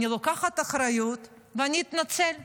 אני לוקחת אחריות, ואני אתנצל ואגיד: